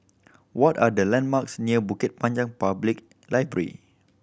what are the landmarks near Bukit Panjang Public Library